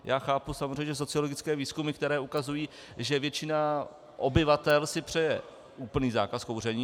Já chápu samozřejmě sociologické výzkumy, které ukazují, že většina obyvatel si přeje úplný zákaz kouření.